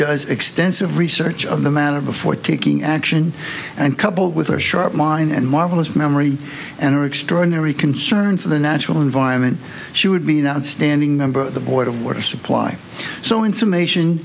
does extensive research on the matter before taking action and coupled with a sharp mind and marvelous memory and her extraordinary concern for the natural environment she would be an outstanding member of the board of water supply so in summation